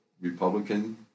Republican